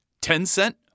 Ten-cent